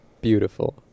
Beautiful